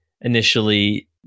initially